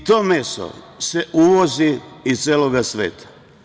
I to meso se uvozi iz celog sveta.